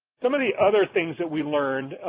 some of the other things that we learned,